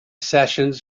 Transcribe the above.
sessions